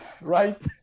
right